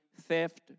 theft